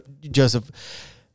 Joseph